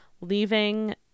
leaving